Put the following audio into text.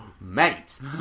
mate